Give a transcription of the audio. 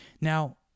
Now